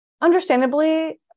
understandably